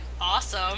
Awesome